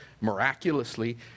miraculously